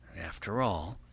after all,